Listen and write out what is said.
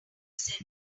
said